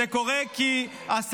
יאיר